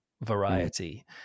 variety